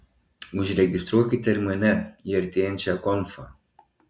užregistruokite ir mane į artėjančią konfą